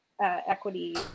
equity